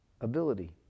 ability